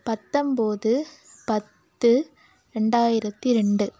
பத்தொம்போது பத்து ரெண்டாயிரத்து ரெண்டு